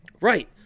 Right